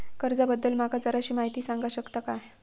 कर्जा बद्दल माका जराशी माहिती सांगा शकता काय?